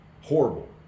Horrible